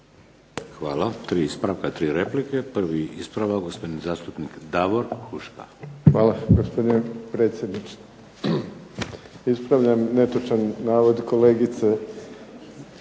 Hvala. 3 ispravka, 3 replike. Prvi ispravak, gospodin zastupnik Davor Huška. **Huška, Davor (HDZ)** Hvala gospodine predsjedniče. Ispravljam netočan navod kolegice